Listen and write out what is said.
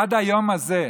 עד היום הזה,